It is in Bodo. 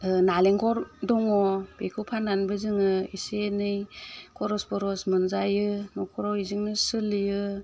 नालेंखर दङ बेखौ फाननानैबो जोङो एसे एनै खरब बरज मोनजायो न'खराव बेजोंनो सोलियो